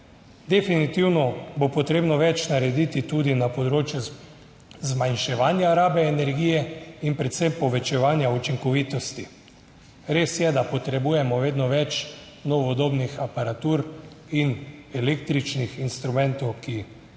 Definitivno bo potrebno več narediti tudi na področju zmanjševanja rabe energije in predvsem povečevanja učinkovitosti. Res je, da potrebujemo vedno več novodobnih aparatur in električnih instrumentov, ki